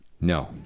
No